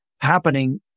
happening